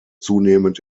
zunehmend